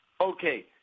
okay